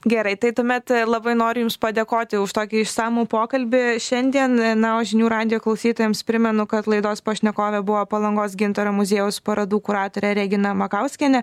gerai tuomet labai noriu jums padėkoti už tokį išsamų pokalbį šiandien na o žinių radijo klausytojams primenu kad laidos pašnekovė buvo palangos gintaro muziejaus parodų kuratorė regina makauskienė